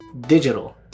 digital